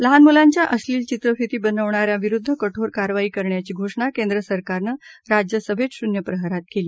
लहान मुलांच्या अश्लील चित्रफीत बनवणा यांविरुद्ध कठोर कारवाई करण्याची घोषणा केंद्र सरकारनं राज्य सभेत शून्य प्रहरात केली